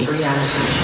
reality